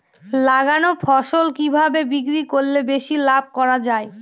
লাগানো ফসল কিভাবে বিক্রি করলে বেশি লাভ করা যায়?